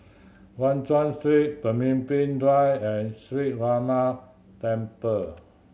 Guan Chuan Street Pemimpin Drive and Sree Ramar Temple